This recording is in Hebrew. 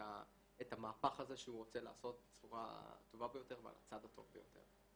את המהפך הזה שהוא רוצה לעשות בצורה הטובה ביותר ועל הצד הטוב ביותר.